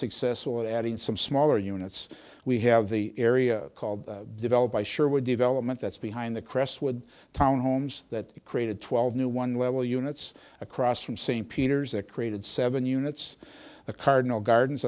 successful adding some smaller units we have the area called develop by sure we're development that's behind the crestwood townhomes that created twelve new one level units across from st peter's that created seven units the cardinal gardens